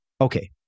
okay